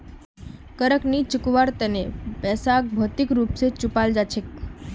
कारक नी चुकवार तना पैसाक भौतिक रूप स चुपाल जा छेक